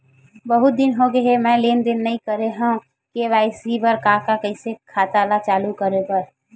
बहुत दिन हो गए मैं लेनदेन नई करे हाव के.वाई.सी बर का का कइसे खाता ला चालू करेबर?